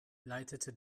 leitete